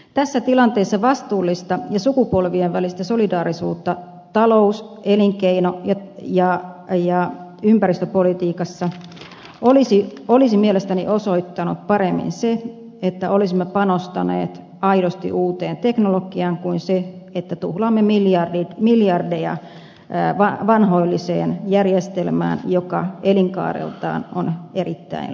tässä tilanteessa vastuullista ja sukupolvien välistä solidaarisuutta talous elinkeino ja ympäristöpolitiikassa olisi mielestäni osoittanut paremmin se että olisimme panostaneet aidosti uuteen teknologiaan kuin se että tuhlaamme miljardeja vanhoilliseen järjestelmään joka elinkaareltaan on erittäin lyhyt